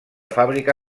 fàbrica